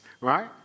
right